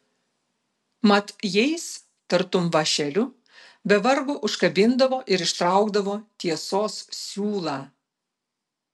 mat jais tartum vąšeliu be vargo užkabindavo ir ištraukdavo tiesos siūlą